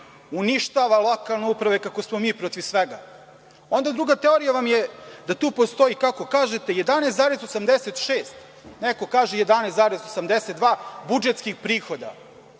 uništava lokalne uprave, kako smo mi protiv svega. Druga teorija vam je da tu postoji, kako kažete, 11,86, neko kaže 11,82 budžetskih prihoda.